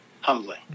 humbly